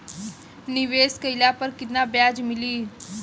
निवेश काइला पर कितना ब्याज मिली?